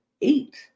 eight